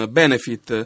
benefit